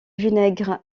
vinaigre